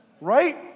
Right